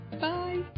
Bye